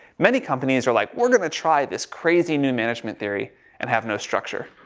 many companies are like, we're going to try this crazy new management theory and have no structure.